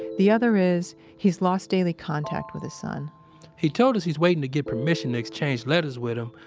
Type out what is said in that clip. the other is he's lost daily contact with his son he told us he's waiting to get permission to exchange letters with him,